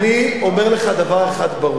אני אומר לך דבר אחד ברור.